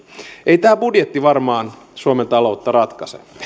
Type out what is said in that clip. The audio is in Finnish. ei tämä budjetti varmaan suomen taloutta ratkaise